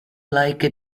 like